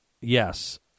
yes